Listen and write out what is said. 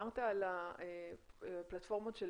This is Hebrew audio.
דיברת על הפלטפורמות של